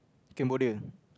Cambodia